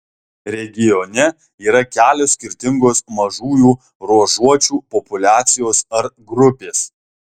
regione yra kelios skirtingos mažųjų ruožuočių populiacijos ar grupės